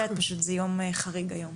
יום חריג היום.